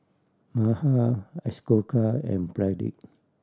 Mahade Ashoka and Pradip